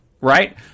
right